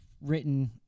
written